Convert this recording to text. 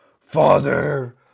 Father